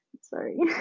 Sorry